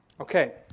Okay